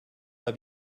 pas